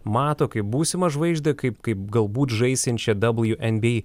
mato kaip būsimą žvaigždę kaip kaip galbūt žaisiančią wnba